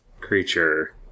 creature